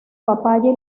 papaya